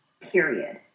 period